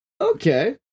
Okay